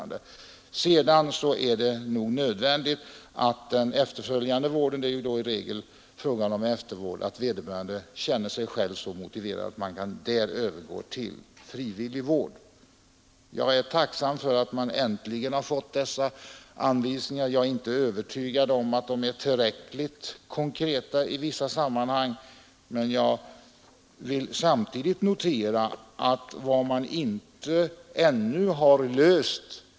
Och sedan är det säkert nödvändigt att den efterföljande vården — i regel är det fråga om eftervård — sätts in när vederbörande känner sig själv så motiverad att man kan övergå till denna frivilliga vård. Jag är tacksam för att vi äntligen har fått dessa anvisningar, även om jag inte är övertygad om att de är tillräckligt konkreta i alla sammanhang. Men samtidigt noterar jag en sak, som ännu inte är löst.